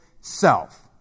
self